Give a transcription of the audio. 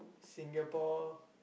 Singapore